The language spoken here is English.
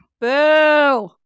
Boo